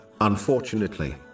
Unfortunately